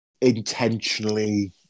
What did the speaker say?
intentionally